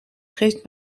geeft